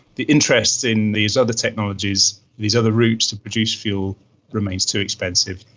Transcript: the interest in these other technologies, these other routes to produce fuel remains too expensive.